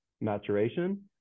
maturation